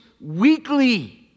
weekly